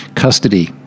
custody